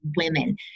women